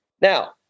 Now